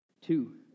Two